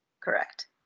Correct